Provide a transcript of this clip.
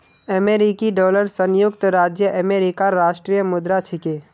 अमेरिकी डॉलर संयुक्त राज्य अमेरिकार राष्ट्रीय मुद्रा छिके